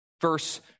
verse